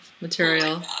material